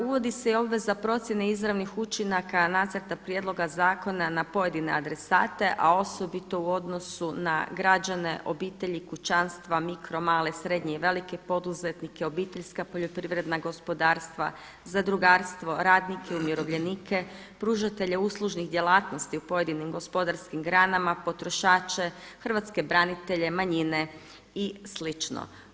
Uvodi se i obveza procjene izravnih učinaka nacrta prijedloga zakona na pojedine adresate a osobito u odnosu na građane, obitelji, kućanstva, mikro, male, srednje i velike poduzetnike, obiteljska poljoprivredna gospodarstva, zadrugarstvo, radnike, umirovljenike, pružatelje uslužnih djelatnosti u pojedinim gospodarskim granama, potrošače, hrvatske branitelje, manjine i slično.